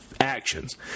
actions